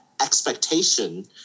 expectation